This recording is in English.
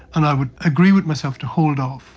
and i would agree with myself to hold off.